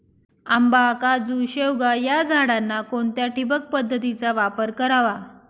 आंबा, काजू, शेवगा या झाडांना कोणत्या ठिबक पद्धतीचा वापर करावा?